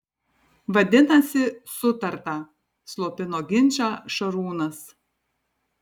vadinasi sutarta slopino ginčą šarūnas